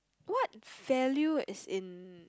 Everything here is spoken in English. what value is in